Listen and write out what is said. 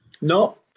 No